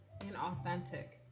Inauthentic